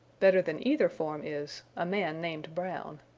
better than either form is a man named brown.